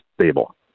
stable